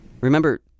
Remember